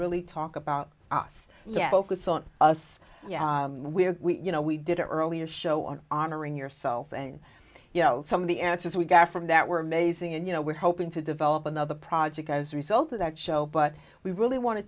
really talk about us yet both of us when we you know we did earlier show on honoring yourself and you know some of the answers we got from that were amazing and you know we're hoping to develop another project i was a result of that show but we really want to